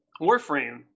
warframe